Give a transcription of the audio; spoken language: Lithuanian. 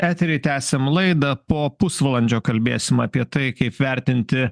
eterį tęsiam laidą po pusvalandžio kalbėsim apie tai kaip vertinti